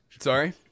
Sorry